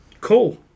Cool